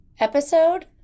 Episode